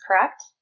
correct